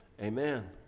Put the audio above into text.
amen